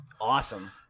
Awesome